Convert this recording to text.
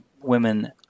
women